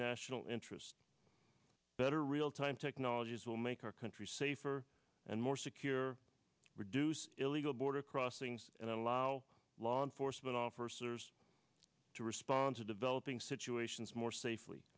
national interest better realtime technologies will make our country safer and more secure reduce illegal border crossings and allow law enforcement officers to respond to developing situations more safely